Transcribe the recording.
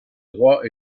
droits